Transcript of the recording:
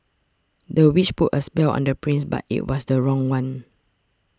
the witch put a spell on the prince but it was the wrong one